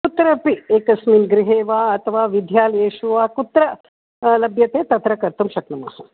कुत्र अपि एकस्मिन् गृहे वा अथवा विद्यालयेषु वा कुत्र लभ्यते तत्र कर्तुं शक्नुमः